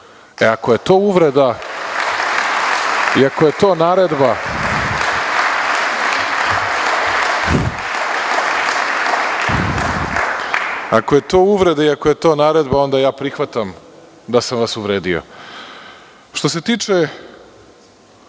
Ako je to uvreda i ako je to naredba, onda ja prihvatam da sam vas uvredio. Što se tiče